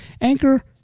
Anchor